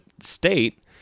State